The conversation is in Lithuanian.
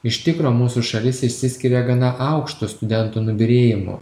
iš tikro mūsų šalis išsiskiria gana aukštu studentų nubyrėjimu